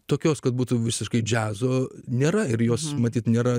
tokios kad būtų visiškai džiazo nėra ir jos matyt nėra